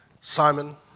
Simon